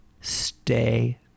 stay